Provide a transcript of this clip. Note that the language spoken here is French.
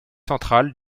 centrale